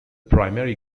primary